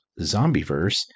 Zombieverse